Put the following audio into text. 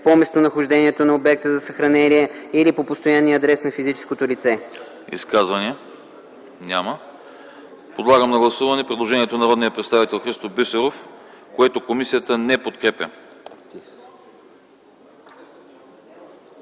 по местонахождението на обекта за съхранение или по постоянния адрес на физическото лице.” ПРЕДСЕДАТЕЛ АНАСТАС АНАСТАСОВ: Изказвания? Няма. Подлагам на гласуване предложението на народния представител Христо Бисеров, което комисията не подкрепя.